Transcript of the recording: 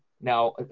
Now